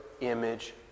image